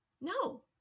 No